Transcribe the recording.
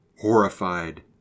horrified